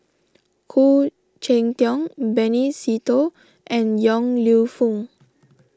Khoo Cheng Tiong Benny Se Teo and Yong Lew Foong